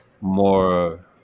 more